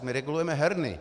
My regulujeme herny.